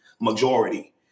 majority